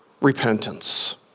repentance